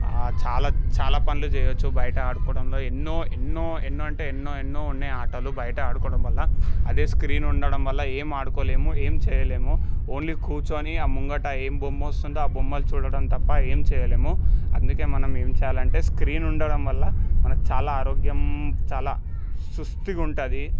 ఆ చాలా చాలా పనులు చేయవచ్చు బయట ఆడుకోవడంలో ఎన్నో ఎన్నో ఎన్నో అంటే ఎన్నో ఎన్నో ఉన్నాయి ఆటలు బయట ఆడుకోవడం వల్ల అదే స్క్రీన్ ఉండటం వల్ల ఏం ఆడుకోలేము ఏం చేయలేము ఓన్లీ కూర్చొని ఆ ముంగట ఏం బొమ్మ వస్తుందో ఆ బొమ్మలు చూడటం తప్ప ఏం చేయలేము అందుకే మనం ఏం చేయాలంటే స్క్రీన్ ఉండటం వల్ల మనకు చాలా ఆరోగ్యం చాలా సుస్థిగా ఉంటుంది